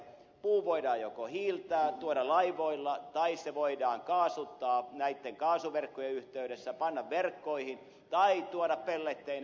puu voidaan joko hiiltää tuoda laivoilla tai se voidaan kaasuttaa näitten kaasuverkkojen yhteydessä panna verkkoihin tai tuoda pelletteinä